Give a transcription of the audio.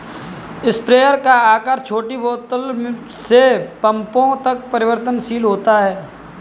sprayer का आकार छोटी बोतल से पंपों तक परिवर्तनशील होता है